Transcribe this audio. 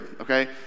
okay